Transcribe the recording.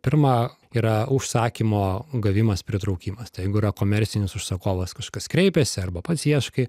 pirma yra užsakymo gavimas pritraukimas tai jeigu yra komercinis užsakovas kažkas kreipėsi arba pats ieškai